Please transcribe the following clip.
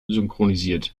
synchronisiert